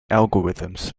algorithms